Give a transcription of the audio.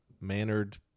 mannered